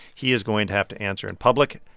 he is going to have to answer in public,